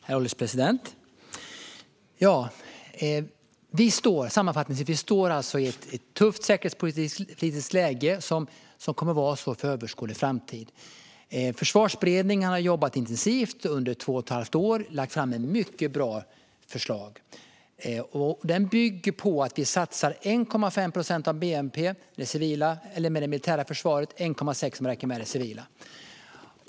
Herr ålderspresident! Sammanfattningsvis står vi alltså i ett tufft säkerhetspolitiskt läge, och så kommer det att vara under överskådlig framtid. Försvarsberedningen har jobbat intensivt under två och ett halvt år och lagt fram ett mycket bra förslag. Det bygger på att vi satsar 1,5 procent av bnp på det militära försvaret - 1,6 procent om man räknar med det civila.